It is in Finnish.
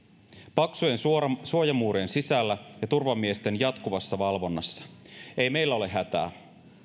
paksujen suojamuurien sisällä ja turvamiesten jatkuvassa valvonnassa ei meillä ole hätää